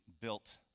built